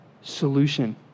solution